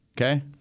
Okay